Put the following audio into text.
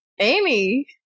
amy